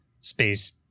space